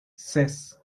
ses